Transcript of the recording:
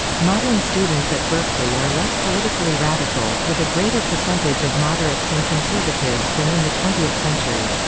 modern students at berkeley are less politically radical, with a greater percentage of moderates and conservatives than in the twentieth century.